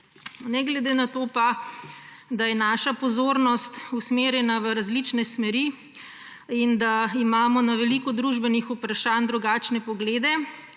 Ne glede na to, da je naša pozornost usmerjena v različne smeri in da imamo na veliko družbenih vprašanj drugačne poglede,